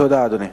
תודה, אדוני.